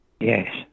Yes